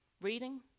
reading